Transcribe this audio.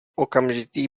okamžitý